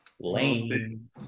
Lane